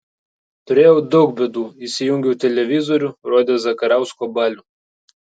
turėjau daug bėdų įsijungiau televizorių rodė zakarausko balių